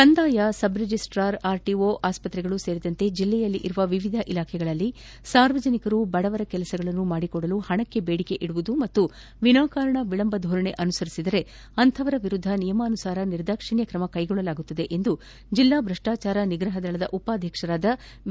ಕಂದಾಯ subregistrar RTO ಆಸ್ಪತ್ರೆಗಳು ಸೇರಿದಂತೆ ಜಿಲ್ಲೆಯಲ್ಲಿರುವ ವಿವಿಧ ಇಲಾಖೆಗಳಲ್ಲಿ ಸಾರ್ವಜನಿಕರು ಬಡವರ ಕೆಲಸಗಳನ್ನು ಮಾಡಿಕೊಡಲು ಪಣಕ್ಕೆ ದೇಡಿಕೆ ಇಡುವುದು ಹಾಗೂ ವಿನಾಕಾರಣ ವಿಳಂಬ ಧೋರಣೆ ಅನುಸರಿಸಿದರೆ ಅಂತಪವರ ವಿರುದ್ದ ನಿಯಮಾನುಸಾರ ನಿರ್ದಾಕ್ಷಣ್ಯ ತ್ರಮ ಕೈಗೊಳ್ಳಲಾಗುವುದು ಎಂದು ಜಿಲ್ಲಾ ಭ್ರಷ್ಟಾಚಾರ ನಿಗ್ರಹ ದಳದ ಉಪಾಧೀಕ್ಷಕರಾದ ವಿ